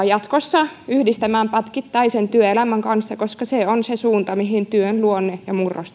jatkossa yhdistämään pätkittäisen työelämän kanssa koska se on se suunta mihin työn luonne ja murros